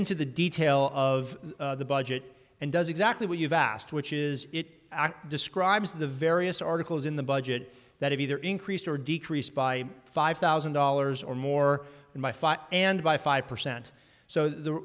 into the detail of the budget and does exactly what you've asked which is it describes the various articles in the budget that have either increased or decreased by five thousand dollars or more in my file and by five percent so